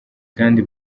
kandi